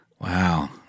Wow